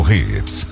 Hits